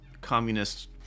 communist